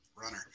runner